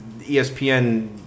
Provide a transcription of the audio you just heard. ESPN